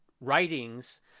writings